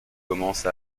commence